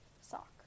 sock